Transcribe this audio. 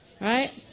Right